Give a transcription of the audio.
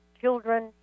children